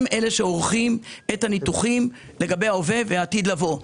הם אלה שעורכים את הניתוחים לגבי ההווה והעתיד לבוא.